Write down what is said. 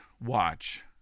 watch